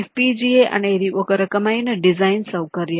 FPGA అనేది ఒక రకమైన డిజైన్ సౌకర్యం